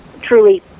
truly